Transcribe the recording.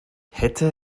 hätte